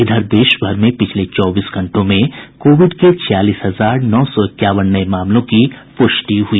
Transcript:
इधर देश भर में पिछले चौबीस घंटों में कोविड के छियालीस हजार नौ सौ इक्यावन नये मामलों की पुष्टि हुई